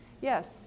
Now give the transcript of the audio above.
Yes